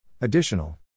Additional